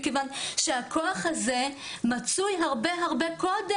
מכיוון שהכוח הזה מצוי הרבה קודם.